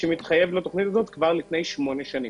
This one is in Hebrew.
שמתחייב מהתוכנית הזאת כבר לפני שמונה שנים.